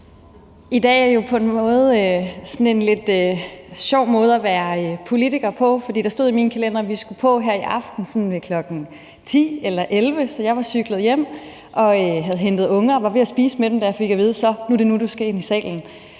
I dag er det jo sådan en lidt sjov måde at være politiker på, for der stod i min kalender, at vi skulle på her i aften omkring kl. 22-23, så jeg var cyklet hjem og havde hentet unger og var ved at spise med dem, da jeg fik at vide, at det var nu, jeg skulle ind i salen.